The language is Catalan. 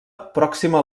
pròxima